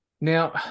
Now